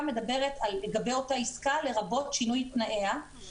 אולי פנאי ותרבות, אולי תקשורת, חדר כושר וכדומה.